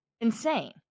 insane